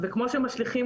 לנושא.